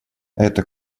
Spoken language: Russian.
это